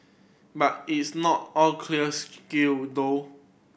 but it is not all clear skill though